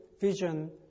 vision